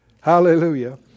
hallelujah